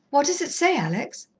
what does it say, alex?